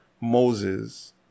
Moses